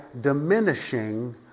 diminishing